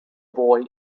boy